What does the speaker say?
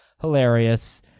hilarious